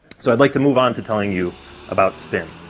so i'd like to move on to telling you about spin.